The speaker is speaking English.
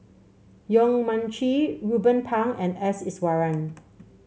Yong Mun Chee Ruben Pang and S Iswaran